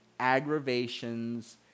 Aggravations